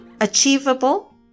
achievable